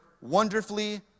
wonderfully